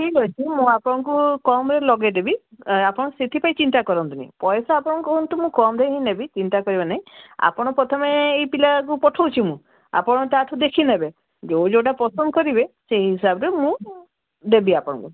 ଠିକ୍ ଅଛି ମୁଁ ଆପଣଙ୍କୁ କମ୍ ରେ ଲଗାଇଦେବି ଆପଣ ସେଥିପାଇଁ ଚିନ୍ତା କରନ୍ତୁନି ପଇସା ଆପଣଙ୍କୁ କହନ୍ତୁ ମୁଁ କମ୍ ରେ ହିଁ ନେବି ଚିନ୍ତା କରିବା ନାହିଁ ଆପଣ ପ୍ରଥମେ ଏଇ ପିଲାକୁ ପଠଉଛିି ମୁଁ ଆପଣ ତାଠୁ ଦେଖି ନେବେ ଯେଉଁ ଯେଉଁଟା ପସନ୍ଦ କରିବେ ସେଇ ହିସାବରେ ମୁଁ ଦେବି ଆପଣଙ୍କୁ